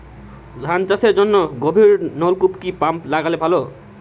ধান চাষের জন্য গভিরনলকুপ কি পাম্প লাগালে ভালো?